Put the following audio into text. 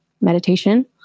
meditation